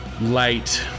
light